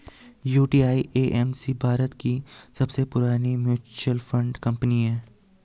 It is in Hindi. यू.टी.आई.ए.एम.सी भारत की सबसे पुरानी म्यूचुअल फंड कंपनी है